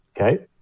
Okay